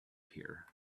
here